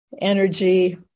energy